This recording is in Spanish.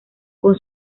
con